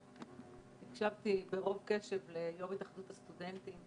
הקשבתי רוב קשב ליושב-ראש התאחדות הסטודנטים,